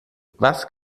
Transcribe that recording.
was